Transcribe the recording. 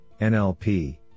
NLP